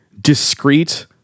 discreet